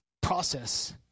process